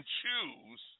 choose